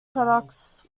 products